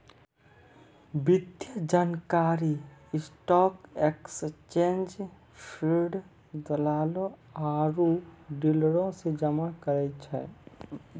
वित्तीय जानकारी stock exchange feed, दलालो आरु डीलरो से जमा करै छै